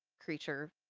creature